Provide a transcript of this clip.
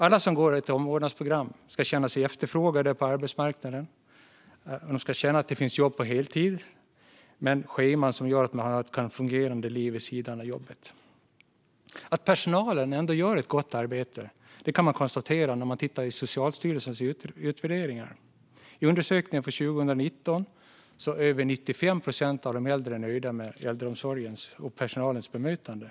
Alla som går ett omvårdnadsprogram ska känna sig efterfrågade på arbetsmarknaden. De ska känna att det finns jobb på heltid med scheman som gör att man kan ha ett fungerande liv vid sidan av jobbet. Att personalen ändå gör ett gott arbete kan vi konstatera när vi ser på Socialstyrelsens utvärderingar. I undersökningen från 2019 är över 95 procent av de äldre nöjda med äldreomsorgen och personalens bemötande.